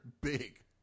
big